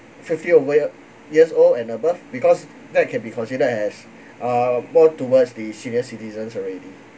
fifty over yea~ years old and above because that can be considered as uh more towards the senior citizens already